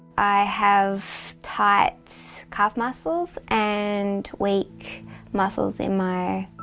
i have tight calf muscles and weak muscles in my